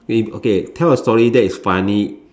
with okay tell a story that is funny